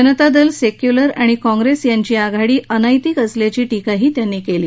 जनता Dal secular आणि काँप्रेस यांची आघाडी अनैतिक असल्याची टिकाही त्यांनी केली